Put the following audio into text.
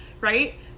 right